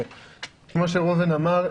כמו שראובן אמר,